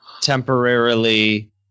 temporarily